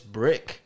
brick